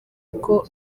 uko